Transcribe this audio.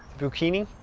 boo-kini?